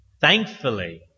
thankfully